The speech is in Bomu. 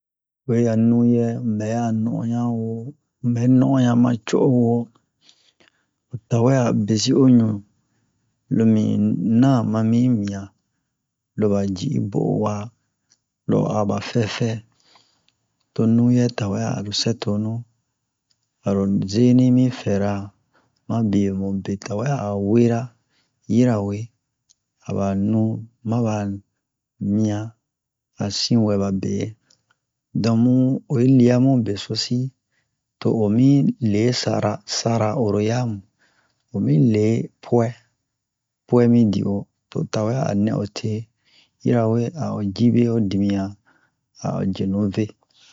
Oyi a nuyɛ mu bɛ'a no'onɲa wo mubɛ no'onɲa ma co'o wo o tawɛ a besi o ɲu lo mi na ma mi wiyan lo ba ji'i bo o wa lo o a ba fɛfɛ to nuyɛ tawɛ aro sɛ tonu aro zeni mi fɛra ma biye mu tawɛ a wera yirawe a wa nu ma wa miyan a sin wɛ ba be don mu oyi le'a mu besosi to omi le sara sara oro yamu o mi le puwɛ pu'ɛ mi di'o to o tawɛ a nɛ o te yirawe a'o ji be ho dimiyan a'o jɛmu ve